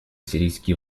сирийские